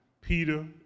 Peter